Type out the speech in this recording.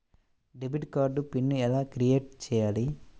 Debit card PIN ఎలా create చెయ్యాలి?